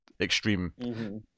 Extreme